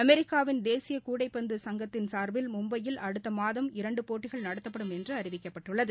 அமெிக்காவின் தேசிய கூடைப்பந்து சங்கத்தின் சார்பில் மும்பையில் அடுத்த மாதம் இரண்டு போட்டிகள் நடத்தப்படும் என்று அறிவிக்கப்பட்டுள்ளது